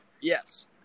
Yes